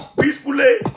peacefully